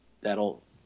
that'll